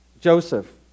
Joseph